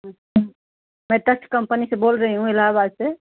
अच्छा मैं touch company से बोल रही हूँ इलाहबाद से